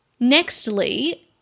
Nextly